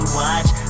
watch